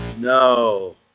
No